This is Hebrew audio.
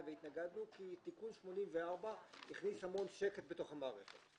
והתנגדנו כי תיקון 84 הכניס המון שקט בתוך המערכת.